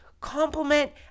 compliment